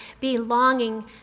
belonging